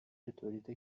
تولید